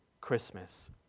Christmas